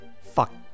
Fuck